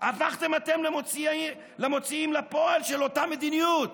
הפכתם אתם למוציאים לפועל של אותה מדיניות.